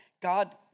God